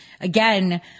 again